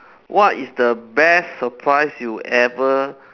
what is the best surprise you ever